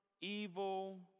evil